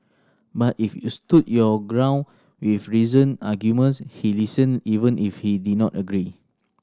but if you stood your ground with reasoned arguments he listened even if he did not agree